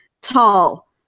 tall